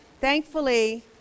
thankfully